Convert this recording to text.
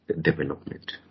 development